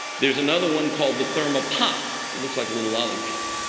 there's another one called the thermal pop. it looks like a little lollipop.